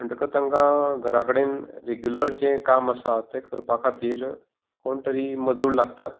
म्हणटकत तांकां घरा कडेन रेगुलर जें काम आसा तें करपा खातीर कोण तरी मदूर लागतात